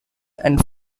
and